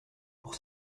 pour